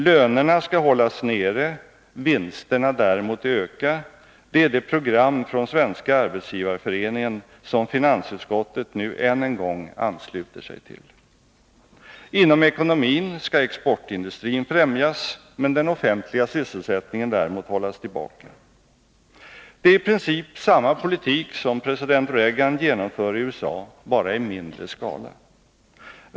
Lönerna skall hållas nere, vinsterna däremot öka, det är det program från Svenska arbetsgivareföreningen som finansutskottet nu än en gång ansluter sig till. Inom ekonomin skall exportindustrin främjas, men den offentliga sysselsättningen däremot hållas tillbaka. Det är i princip samma politik som president Reagan genomför i USA, bara i mindre skala.